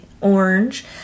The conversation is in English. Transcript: orange